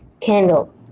candle